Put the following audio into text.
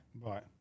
Right